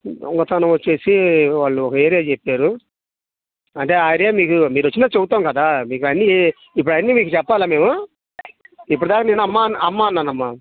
దొంగతనం వచ్చేసి వాళ్ళు ఒక ఏరియా చెప్పారు అంటే ఆ ఏరియా మీకు మీరు వచ్చిన తర్వాత చెప్తాం కదా మీకు అన్నీ ఇప్పుడు అవన్నీ మీకు చెప్పాలా మేము ఇప్పటిదాకా నేను అమ్మా అన్నానమ్మా